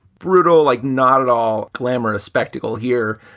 bruto like not at all glamorous spectacle here.